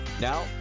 Now